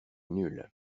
nuls